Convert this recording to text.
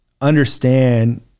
understand